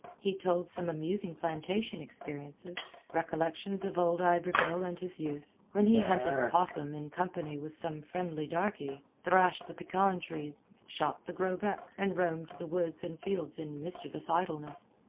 he told some amusing plantation experiences, recollections of old iberville and his youth, when he hunted possum in company with some friendly darky thrashed the pecan trees, shot the grosbec, and roamed the woods and fields in mischievous idleness.